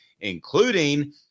including